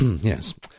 Yes